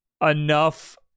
enough